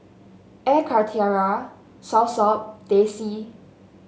Air Karthira Soursop Teh C